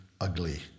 ugly